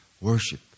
worship